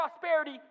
prosperity